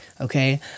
Okay